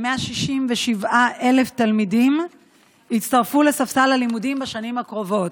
כ-167,000 תלמידים יצטרפו לספסל הלימודים בשנים הקרובות.